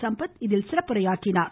சம்பத் இதில் சிறப்புரையாற்றினார்